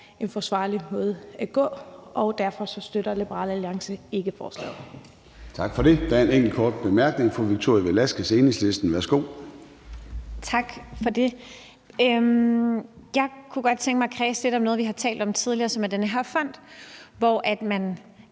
en forsvarlig måde at gå frem på, og derfor støtter Liberal Alliance ikke forslaget.